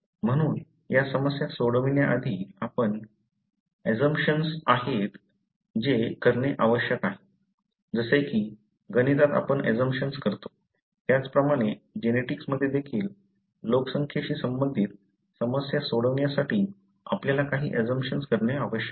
म्हणून या समस्या सोडवण्याआधी काही अजंप्शन्स आहेत जे करणे आवश्यक आहे जसे की गणितात आपण अजंप्शन्स करतो त्याचप्रमाणे जेनेटिक्समध्ये देखील लोकसंख्येशी संबंधित समस्या सोडवण्यासाठी आपल्याला काही अजंप्शन्स करणे आवश्यक आहे